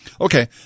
Okay